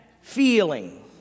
feeling